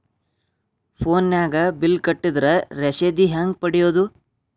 ಫೋನಿನಾಗ ಬಿಲ್ ಕಟ್ಟದ್ರ ರಶೇದಿ ಹೆಂಗ್ ಪಡೆಯೋದು?